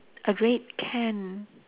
a red can